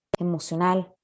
emocional